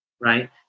Right